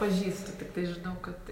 pažįstu tiktai žinau kad